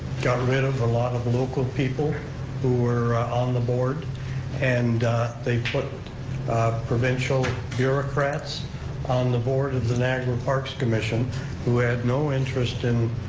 got rid of a lot of local people who were on the board and they put provincial bureaucrats on the board of the niagara parks commission who had no interest in